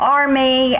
army